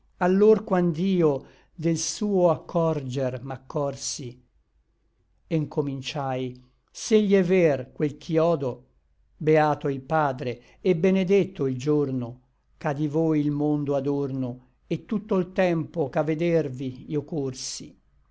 allor quand'io del suo accorger m'accorsi e ncominciai s'egli è ver quel ch'i odo beato il padre et benedetto il giorno ch'à di voi il mondo adorno et tutto l tempo ch'a vedervi io corsi